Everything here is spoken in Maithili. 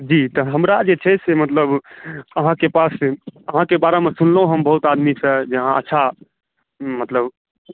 जी तऽ हमरा जे छै से मतलब अहाँके पास अहाँके बारेमे सुनलहुँ हम बहुत आदमीसँ जे अहाँ अच्छा मतलब